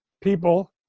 people